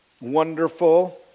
wonderful